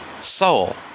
soul